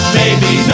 baby